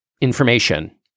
information